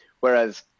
Whereas